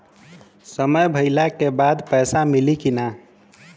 समय भइला के बाद पैसा मिली कि ना?